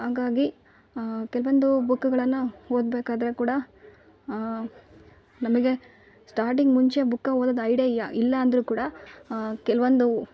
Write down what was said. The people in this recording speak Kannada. ಹಾಗಾಗಿ ಕೆಲವೊಂದು ಬುಕ್ಗಳನ್ನು ಓದಬೇಕಾದ್ರೆ ಕೂಡ ನಮಗೆ ಸ್ಟಾರ್ಟಿಂಗ್ ಮುಂಚೆ ಬುಕ್ ಓದೋದು ಐಡಿಯಾ ಇಲ್ಲ ಅಂದರು ಕೂಡ ಕೆಲವೊಂದು